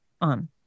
on